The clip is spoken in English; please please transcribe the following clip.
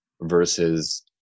versus